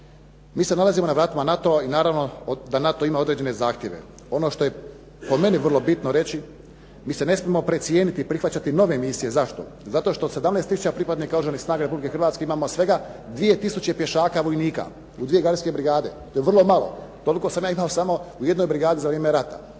Mi se nalazimo na vratimo NATO-a i naravno da NATO ima određene zahtjeve. Ono što je po meni vrlo bitno reći, mi se ne smijemo precijeniti i prihvaćati nove misije. Zašto? Zato što od 17 tisuća pripadnika Oružanih snaga Republike Hrvatske imamo 2 tisuće pješaka vojnika u dvije gardijske brigade. To je vrlo malo. Toliko sam ja imao samo u jednoj brigadi za vrijeme rata.